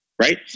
Right